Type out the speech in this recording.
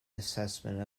assessment